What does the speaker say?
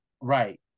right